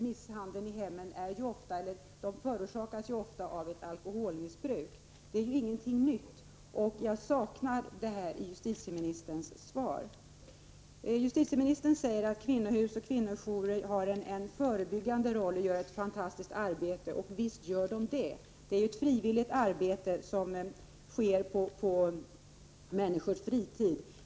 Misshandel i hemmet förorsakas ofta av alkoholmissbruk. Det är ingenting nytt, och det är detta jag saknar i justitieministerns svar. Justitieministern säger att kvinnohus och kvinnojourer har en förebyggande roll och gör ett fantastiskt arbete, och visst gör de det. Det är ett frivilligt arbete som utförs på människors fritid.